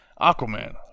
Aquaman